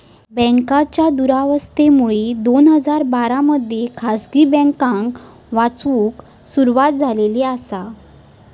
बँकांच्या दुरावस्थेमुळे दोन हजार बारा मध्ये खासगी बँकांका वाचवूक सुरवात झालेली आसा